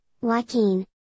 Joaquin